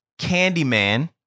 Candyman